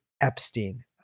Epstein